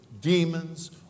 demons